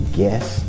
guess